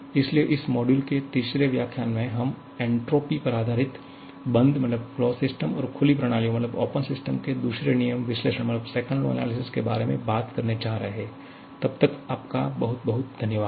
इसलिए इस मॉड्यूल के तीसरे व्याख्यान में हम एंट्रॉपी पर आधारित बंद और खुली प्रणालियों के दूसरे नियम विश्लेषण के बारे में बात करने जा रहे हैं तब तक आपका बहुत बहुत धन्यवाद